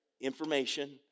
Information